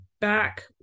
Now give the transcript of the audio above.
back